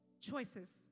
Choices